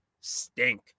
stink